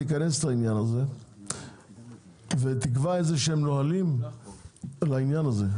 תיכנס לעניין הזה ותקבע נהלים על העניין הזה.